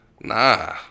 Nah